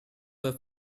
were